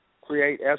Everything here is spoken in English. create